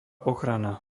ochrana